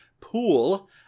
Pool